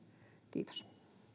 kiitos